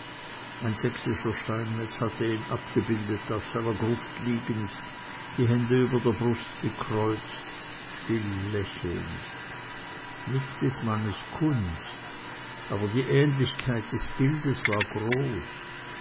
ein sächsischer steinmetz hatte ihn abgebildet auf seiner gruft liegend die hände über der brust gekreuzt still lächelnd nicht des mannes kunst aber die ähnlichkeit des bildes war groß